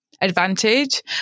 advantage